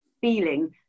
feeling